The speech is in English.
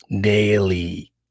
daily